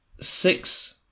six